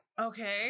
Okay